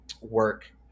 work